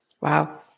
Wow